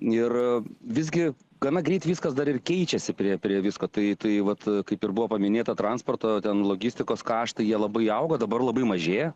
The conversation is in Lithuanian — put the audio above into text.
ir visgi gana greit viskas dar ir keičiasi priėjo prie visko tai vat kaip ir buvo paminėta transporto ten logistikos kaštai jie labai augo dabar labai mažėja